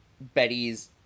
Betty's